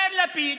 יאיר לפיד,